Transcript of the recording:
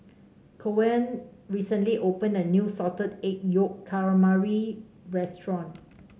Coen recently opened a new Salted Egg Yolk Calamari restaurant